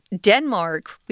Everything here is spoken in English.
Denmark